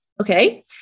Okay